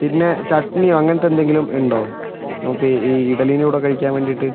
പിന്നെ ചട്നി അങ്ങനത്തെ എന്തെങ്കിലും ഉണ്ടോ നമുക്ക് ഈ ഇഡലിൻ്റെ കൂടെ കഴിക്കാൻ വേണ്ടിയിട്ട്